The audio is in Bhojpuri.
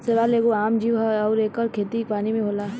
शैवाल एगो आम जीव ह अउर एकर खेती पानी में होला